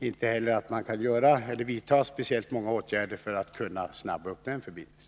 Inte heller tror jag att man kan vidta speciellt många åtgärder för att förbättra den förbindelsen.